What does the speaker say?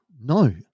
no